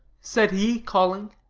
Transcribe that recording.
said he, calling.